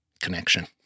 connection